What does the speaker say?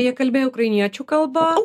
jie kalbėjo ukrainiečių kalba